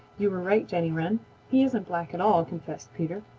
you were right, jenny wren he isn't black at all, confessed peter.